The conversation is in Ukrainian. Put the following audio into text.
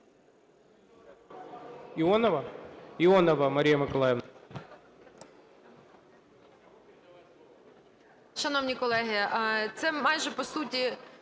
Іонова Марія Миколаївна.